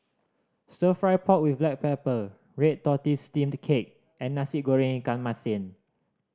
Stir Fry pork with black pepper red tortoise steamed cake and Nasi Goreng ikan masin